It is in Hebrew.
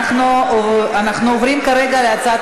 אתה מבייש את הכיסא שעליו אתה